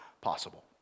possible